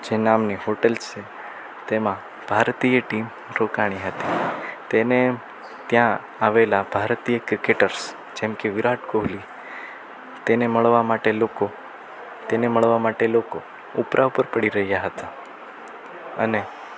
જે નામની હોટેલ છે તેમાં ભારતીય ટીમ રોકાઈ હતી તેને ત્યાં આવેલા ભારતીય ક્રિકેટર્સ જેમકે વિરાટ કોહલી તેને મળવા માટે લોકો તેને મળવા માટે લોકો ઉપરા ઉપર પડી રહ્યા હતા અને